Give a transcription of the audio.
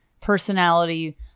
personality